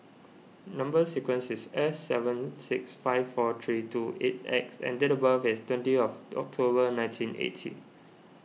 Number Sequence is S seven six five four three two eight X and date of birth is twenty of October nineteen eighty